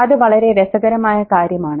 അത് വളരെ രസകരമായ കാര്യമാണ്